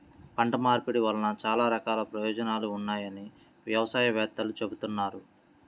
పంట మార్పిడి వలన చాలా రకాల ప్రయోజనాలు ఉన్నాయని వ్యవసాయ వేత్తలు చెబుతున్నారు